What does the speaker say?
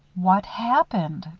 what happened?